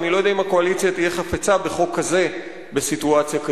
ואני לא יודע אם הקואליציה תהיה חפצה בחוק כזה בסיטואציה כזאת.